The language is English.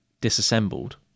Disassembled